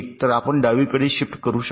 तर आपण डावीकडे शिफ्ट करू शकता